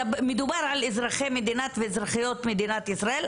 מדובר על אזרחי ואזרחיות מדינת ישראל,